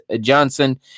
Johnson